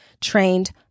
trained